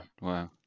Wow